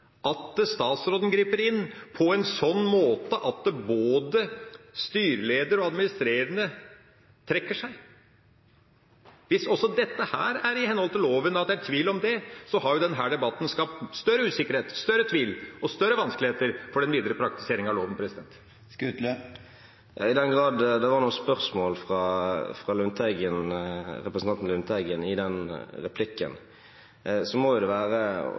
at statsråden griper inn på en sånn måte at både styreleder og administrerende direktør trekker seg. Hvis også dette er i henhold til loven, og at det er tvil om det, har denne debatten skapt større usikkerhet, større tvil og større vanskeligheter for den videre praktiseringa av loven. I den grad det var noen spørsmål fra representanten Lundteigen i den replikken, må det være